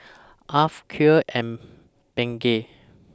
Alf Clear and Bengay